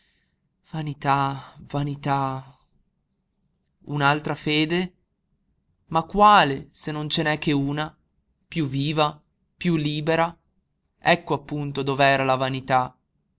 vanità vanità un'altra fede ma quale se non ce n'è che una piú viva piú libera ecco appunto dov'era la vanità